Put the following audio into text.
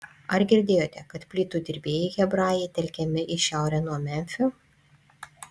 ar girdėjote kad plytų dirbėjai hebrajai telkiami į šiaurę nuo memfio